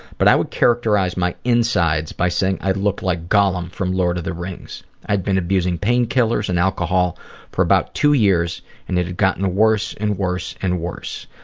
but i would characterize my insides by saying i looked like gollum from lord of the rings. i'd been abusing pain killers and alcohol for about two years and it had gotten worse and worse and worse.